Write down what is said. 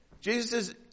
Jesus